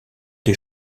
des